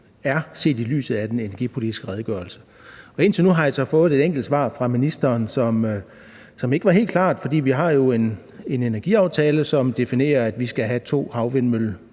er set i lyset af den energipolitiske redegørelse. Indtil nu har jeg så fået et enkelt svar fra ministeren, som ikke var helt klart, for vi har jo en energiaftale, som definerer, at vi skal have to havvindmølleparker